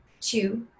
two